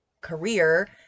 career